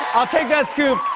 i'll take that scoop.